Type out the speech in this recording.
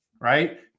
right